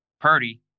Purdy